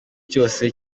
cyose